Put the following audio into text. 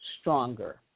stronger